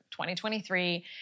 2023